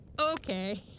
Okay